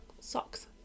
socks